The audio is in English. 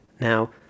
Now